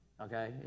Okay